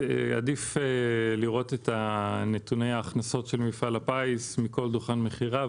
עדיף לראות את נתוני ההכנסות של מפעל הפיס מכל דוכן מכירה,